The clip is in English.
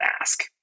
ask